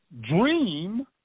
dream